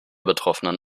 betroffenen